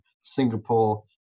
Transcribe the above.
Singapore